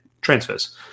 transfers